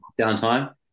downtime